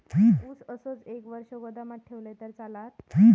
ऊस असोच एक वर्ष गोदामात ठेवलंय तर चालात?